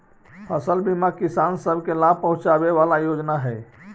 फसल बीमा किसान सब के लाभ पहुंचाबे वाला योजना हई